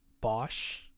Bosch